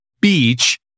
Beach